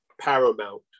paramount